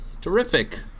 Terrific